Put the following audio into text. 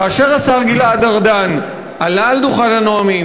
כאשר השר גלעד ארדן עלה על דוכן הנואמים